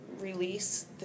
release